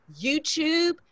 YouTube